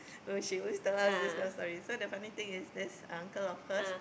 no she always tell us this kind of stories so the funny thing is this uncle of hers